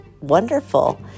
wonderful